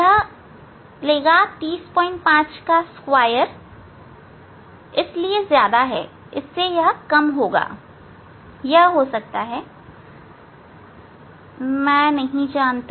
यह 305 का वर्ग लेगा इसलिए ज्यादा है इससे यह कम होगा यह हो सकता है मैं नहीं जानता